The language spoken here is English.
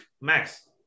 max